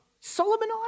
Solomon